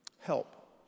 help